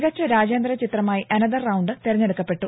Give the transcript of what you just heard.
മികച്ച രാജ്യാന്തര ചിത്രമായി അനതർ റൌണ്ട് തെരഞ്ഞെടുക്കപ്പെട്ടു